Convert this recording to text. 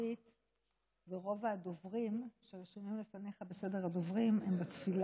שעומד על 59:60 כפי שהצביעו,